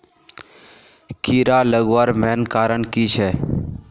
कीड़ा लगवार मेन कारण की छे?